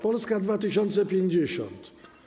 Polska 2050!